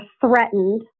threatened